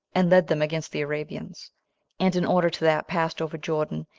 and led them against the arabians and in order to that passed over jordan,